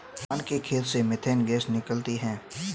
धान के खेत से मीथेन गैस निकलती है